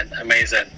amazing